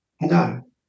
No